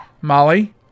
Molly